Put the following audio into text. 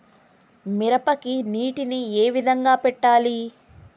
మిరపకి నీటిని ఏ విధంగా పెట్టాలి?